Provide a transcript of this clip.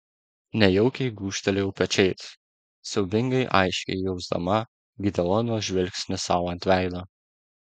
nejaukiai gūžtelėjau pečiais siaubingai aiškiai jausdama gideono žvilgsnį sau ant veido